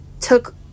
took